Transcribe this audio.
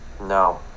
No